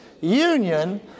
union